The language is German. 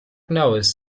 norris